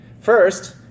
First